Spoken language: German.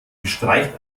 bestreicht